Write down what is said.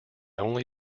only